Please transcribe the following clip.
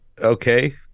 okay